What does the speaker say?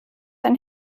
ein